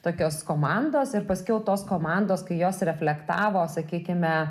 tokios komandos ir paskiau tos komandos kai jos reflektavo sakykime